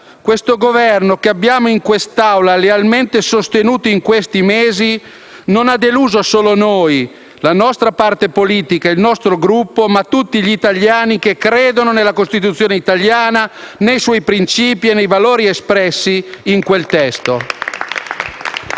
Questo Governo, che abbiamo lealmente sostenuto nei mesi passati in quest'Assemblea, non ha deluso solo noi, la nostra parte politica e il nostro Gruppo, ma tutti gli italiani che credono nella Costituzione italiana, nei suoi principi e nei valori espressi in quel testo.